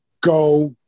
Go